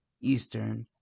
Eastern